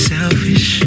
Selfish